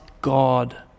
God